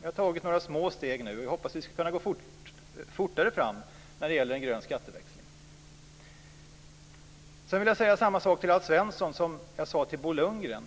Vi har nu tagit några små steg, och vi hoppas att vi ska kunna gå fortare fram med en grön skatteväxling. Jag vill vidare säga detsamma till Alf Svensson som jag sade till Bo Lundgren.